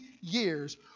years